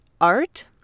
Art